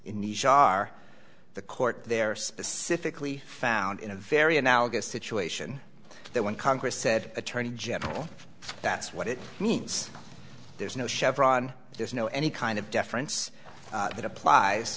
in the shar the court there specifically found in a very analogous situation that when congress said attorney general that's what it means there's no chevron there's no any kind of deference that applies